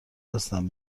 هستم